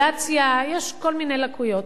דיסקלקולקציה, יש כל מיני לקויות.